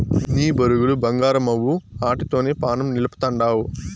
నీ బొరుగులు బంగారమవ్వు, ఆటితోనే పానం నిలపతండావ్